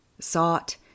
sought